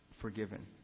forgiven